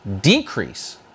decrease